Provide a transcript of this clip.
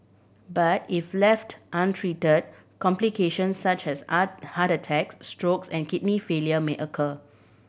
but if left untreated complication such as ah heart attacks stroke and kidney failure may occur